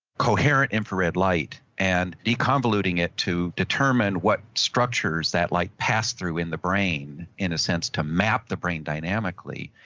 coherent infrared light and deconvoluting it to determine what structures that light passed through in the brain, in a sense to map the brain dynamically,